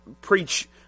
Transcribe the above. preach